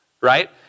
right